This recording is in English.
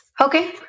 Okay